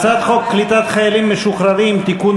הצעת חוק קליטת חיילים משוחררים (תיקון,